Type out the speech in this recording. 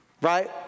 right